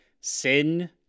sin